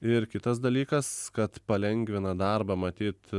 ir kitas dalykas kad palengvina darbą matyt